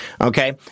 okay